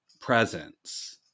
presence